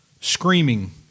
screaming